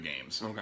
games